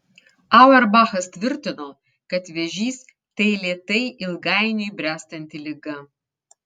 auerbachas tvirtino kad vėžys tai lėtai ilgainiui bręstanti liga